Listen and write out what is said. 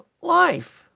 life